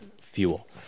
fuel